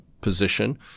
position